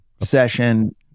Session